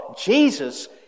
Jesus